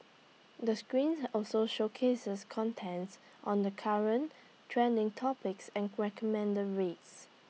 the screen also showcases contents on the current trending topics and recommended reads